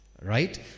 Right